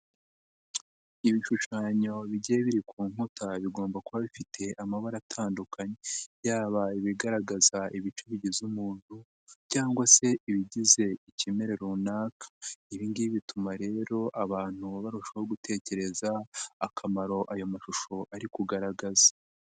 Ibishushanyo bigiye biri ku nkuta, bigomba kuba bifite amabara atandukanye. Yaba ibigaragaza ibice bigize umuntu, cyangwa se ibigize ikimera runaka. Ibingibi bituma rero abantu barushaho gutekereza akamaro ayo mashusho ari kugaragaza.